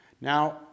Now